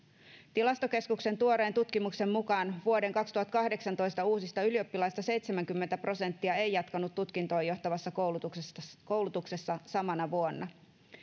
tilastokeskuksen tuoreen tutkimuksen mukaan vuoden kaksituhattakahdeksantoista uusista ylioppilaista seitsemänkymmentä prosenttia ei jatkanut tutkintoon johtavassa koulutuksessa koulutuksessa samana vuonna